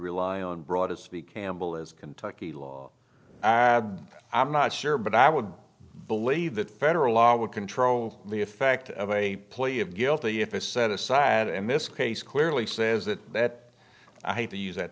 rely on broad as to be campbell is kentucky law i'm not sure but i would believe that federal law would control the effect of a plea of guilty if it's set aside and this case clearly says that that i have to use that